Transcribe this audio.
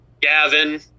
Gavin